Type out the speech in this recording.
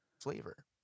flavor